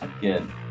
Good